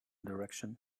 direction